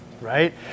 right